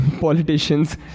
politicians